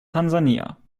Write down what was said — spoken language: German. tansania